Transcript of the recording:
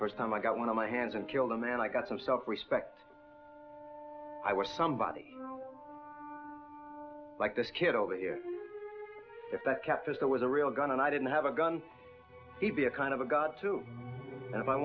first time i got one of my hands and killed a man i got some self respect i was somebody like this kid over here if that catfish that was a real gun and i didn't have a gun he be a kind of a god to